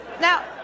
Now